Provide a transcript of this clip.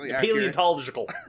paleontological